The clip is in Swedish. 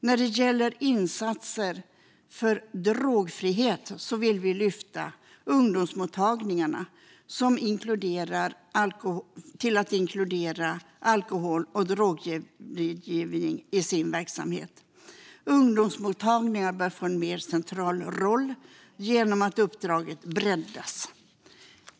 När det gäller insatser för drogfrihet vill vi lyfta upp att ungdomsmottagningarna ska inkludera alkohol och drogrådgivning i sin verksamhet. Ungdomsmottagningarna bör få en mer central roll genom att uppdraget breddas.